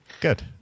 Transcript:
good